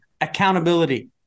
Accountability